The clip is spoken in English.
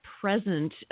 present